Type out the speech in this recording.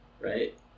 right